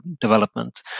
development